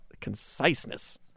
conciseness